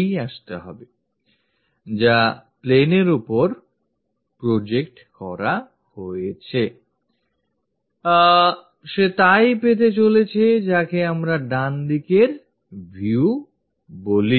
ই আসতে হবে যা সেই planeএর ওপর project করা হয়েছে সে তা ই পেতে চলেছে যাকে আমরা ডানদিকের view বলি